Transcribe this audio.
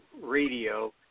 Radio